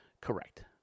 Correct